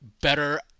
better